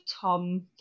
Tom